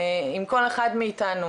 אם כל אחד מאיתנו,